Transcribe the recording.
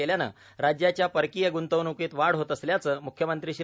केल्यानं राज्याच्या परकीय गुंतवणूकीत वाढ होत असल्याचं मुख्यमंत्री श्री